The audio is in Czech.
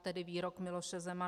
Tedy výrok Miloše Zemana.